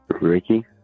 Ricky